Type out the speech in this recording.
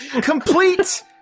complete